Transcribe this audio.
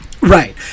right